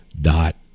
dot